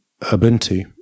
Ubuntu